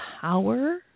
power